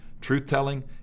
truth-telling